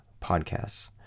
podcasts